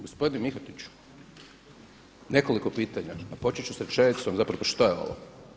Gospodine Mihotiću nekoliko pitanja, a počet ću sa rečenicom dakle šta je ovo.